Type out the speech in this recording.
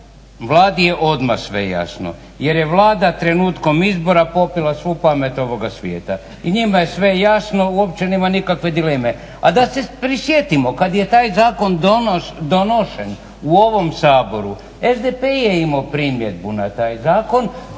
Vladi je odmah sve jasno jer je Vlada trenutkom izbora popila svu pamet ovoga svijeta. I njima sve jasno. Uopće nema nikakve dileme. A da se prisjetimo kad je taj zakon donošen u ovom Saboru, SDP je imao primjedbu na taj zakon